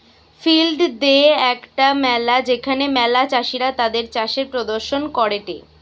field দে একটা মেলা যেখানে ম্যালা চাষীরা তাদির চাষের প্রদর্শন করেটে